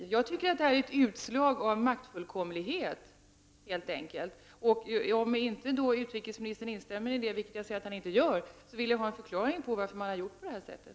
Jag ser detta helt enkelt som ett utslag av maktfullkomlighet. Om utrikesministern inte vill instämma i det, vill jag ha en förklaring på varför man gjort på detta sätt.